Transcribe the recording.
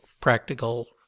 practical